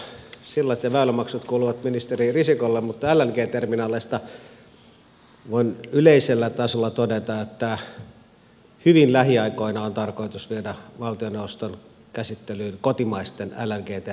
sillat ja väylämaksut kuuluvat ministeri risikolle mutta lng terminaaleista voin yleisellä tasolla todeta että hyvin lähiaikoina on tarkoitus viedä valtioneuvoston käsittelyyn kotimaisten lng terminaalien tuet